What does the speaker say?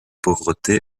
pauvreté